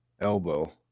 elbow